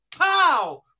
pow